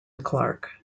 clark